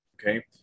okay